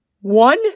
One